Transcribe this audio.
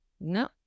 No